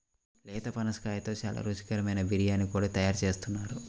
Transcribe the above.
లేత పనసకాయతో చాలా రుచికరమైన బిర్యానీ కూడా తయారు చేస్తున్నారు